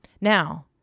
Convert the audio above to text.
Now